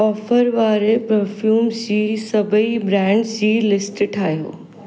offer वारे perfumes जी सभई ब्रांड्स जी लिस्ट ठाहियो